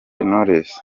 knowless